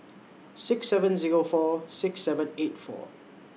six seven Zero four six seven eight four